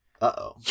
Uh-oh